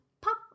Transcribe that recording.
pop